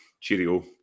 cheerio